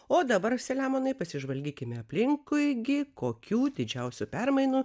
o dabar selemonui pasižvalgykime aplinkui gi kokių didžiausių permainų